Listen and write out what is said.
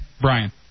Brian